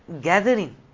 gathering